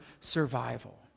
survival